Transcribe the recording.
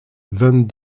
vingt